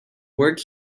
work